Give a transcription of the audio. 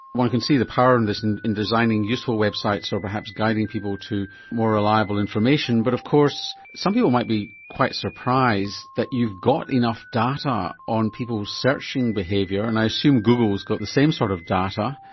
one can see the power in this in in designing useful websites or perhaps guiding people to more reliable information, but of course some people might be quite surprised that you've got enough data on people's searching behaviour, and i assume google has got the same sort of data,